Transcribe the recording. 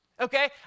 okay